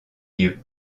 dieu